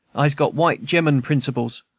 i'se got white-gemman principles.